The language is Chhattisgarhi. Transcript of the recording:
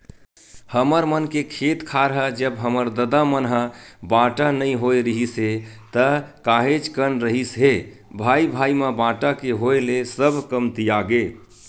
हमर मन के खेत खार ह जब हमर ददा मन ह बाटा नइ होय रिहिस हे ता काहेच कन रिहिस हे भाई भाई म बाटा के होय ले सब कमतियागे